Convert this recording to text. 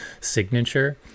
signature